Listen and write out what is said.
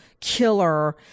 killer